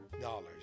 dollars